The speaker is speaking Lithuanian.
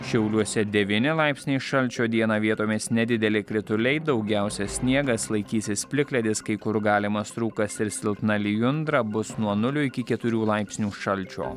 šiauliuose devyni laipsniai šalčio dieną vietomis nedideli krituliai daugiausia sniegas laikysis plikledis kai kur galimas rūkas ir silpna lijundra bus nuo nulio iki keturių laipsnių šalčio